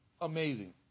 Amazing